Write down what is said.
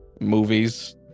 movies